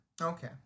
Okay